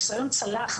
הניסיון צלח,